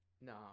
No